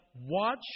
Watch